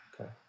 Okay